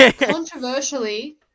Controversially